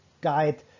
guide